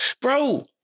bro